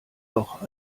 doch